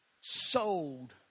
Sold